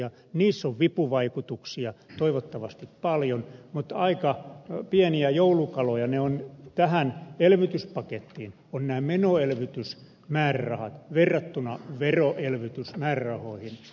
niissä on vipuvaikutuksia toivottavasti paljon mutta aika pieniä joulukaloja ovat tähän elvytyspakettiin nämä menoelvytysmäärärahat verrattuna veroelvytysmäärärahoihin